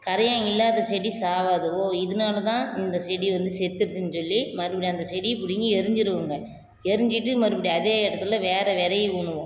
கரையான் இல்லாத செடி சாகாது ஓ இதனால தான் இந்த செடி வந்து செத்துடுச்சுன்னு சொல்லி மறுபடியும் அந்த செடியை பிடுங்கி எறிஞ்சுடுவோம்ங்க எறிஞ்சுட்டு மறுபடியும் அதே இடத்துல வேறு விதைய ஊனுவோம்